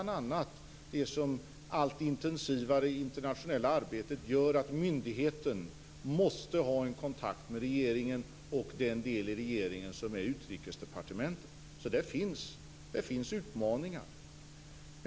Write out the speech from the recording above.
Det allt intensivare internationella arbetet gör att myndigheten måste ha en kontakt med regeringen och den del i regeringen som är Utrikesdepartementet. Där finns utmaningar.